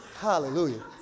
Hallelujah